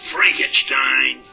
Frankenstein